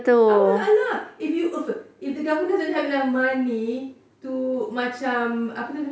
apa masalah if you if the government don't have enough money to macam apa tu cakap